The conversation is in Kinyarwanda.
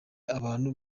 abantu